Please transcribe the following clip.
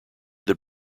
that